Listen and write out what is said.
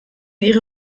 ihre